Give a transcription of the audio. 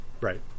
Right